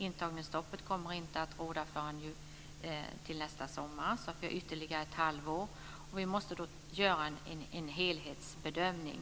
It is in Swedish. Intagningsstoppet kommer inte att råda förrän till nästa sommar, så vi har ytterligare ett halvår. Vi måste då göra en helhetsbedömning.